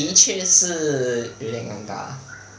的确是有点尴尬